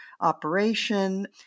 operation